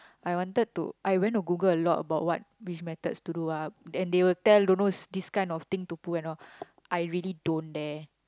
I wanted to I went to Google a lot about what which methods to do ah and they will tell dunno which this kind of thing to put and all I really don't dare